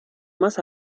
más